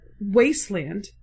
Wasteland